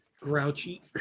grouchy